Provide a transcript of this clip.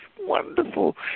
wonderful